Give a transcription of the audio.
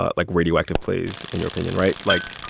ah like, radioactive plays in your opinion, right? like,